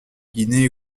guinée